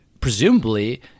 presumably